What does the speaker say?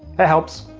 that helps.